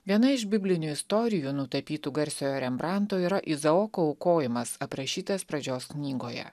viena iš biblinių istorijų nutapytų garsiojo rembranto yra izaoko aukojimas aprašytas pradžios knygoje